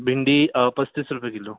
भेंडी पस्तीस रुपये किलो